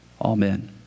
Amen